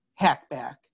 Hackback